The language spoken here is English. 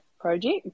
project